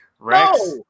Rex